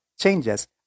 changes